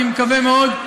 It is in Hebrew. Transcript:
אני מקווה מאוד,